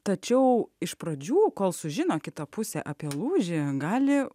tačiau iš pradžių kol sužino kita pusė apie lūžį gali